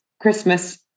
Christmas